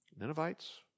Ninevites